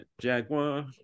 Jaguar